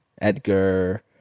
Edgar